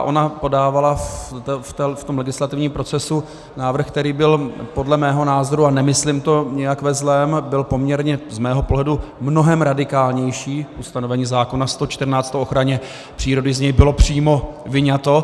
Ona podávala v legislativním procesu návrh, který byl podle mého názoru, a nemyslím to nijak ve zlém, byl poměrně z mého pohledu mnohem radikálnější, ustanovení zákona 114 o ochraně přírody z něj bylo přímo vyňato.